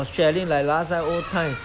parents buy for me okay